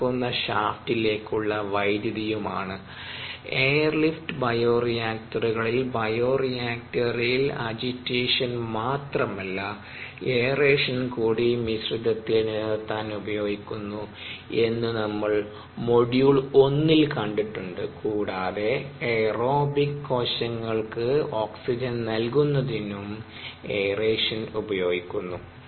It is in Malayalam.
കറക്കുന്ന ഷാഫ്റ്റിലേക്കുള്ള വൈദ്യുതിയും ആണ് എയർലിഫ്റ്റ് ബയോ റിയാക്ടറുകളിൽ ബയോറിയാക്ടറിൽ അജിറ്റേഷൻ മാത്രമല്ല എയറേഷൻ കൂടി മിശ്രിതത്തിൽ നിലനിർത്താൻ ഉപയോഗിക്കുന്നു എന്നു നമ്മൾ മോഡ്യൂൾ 1 ൽ കണ്ടിട്ടുണ്ട്കൂടാതെ എയ്റോബിക് കോശങ്ങൾക്ക് ഓക്സിജൻ നൽകുന്നതിനും എയറേഷൻ ഉപയോഗിക്കുന്നു